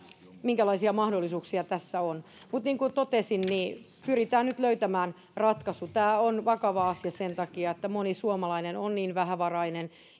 minkälaisia mahdollisuuksia tässä on mutta niin kuin totesin pyritään nyt löytämään ratkaisu tämä on vakava asia sen takia että moni suomalainen on niin vähävarainen